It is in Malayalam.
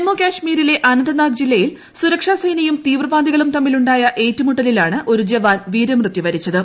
ജമ്മുകശ്മീരിലെ അനന്തനാഗ് ജില്ലയിൽ സുരക്ഷാസ്യേനയും തീവ്രവാദികളും തമ്മിലുണ്ടായ ഏറ്റുമുട്ടലിൽ ആണ് ഒരു ജവാൻ വീരമൃത്യു വരിച്ചത്